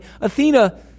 Athena